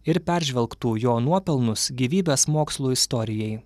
ir peržvelgtų jo nuopelnus gyvybės mokslų istorijai